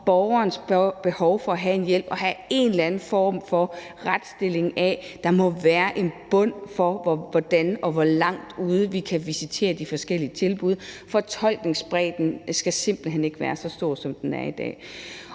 borgerens behov for at have en hjælp og have en eller anden form for retsstilling. Der må være en bund for, hvordan og hvor langt ude vi kan visitere de forskellige tilbud. Fortolkningsbredden skal simpelt hen ikke være så stor, som den er i dag.